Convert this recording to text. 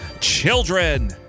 children